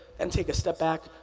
and take a step back,